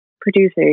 producers